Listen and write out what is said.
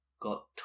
got